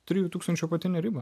trijų tūkstančių apatinę ribą